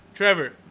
Trevor